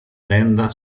tenda